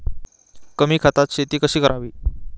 कमी खतात शेती कशी करावी?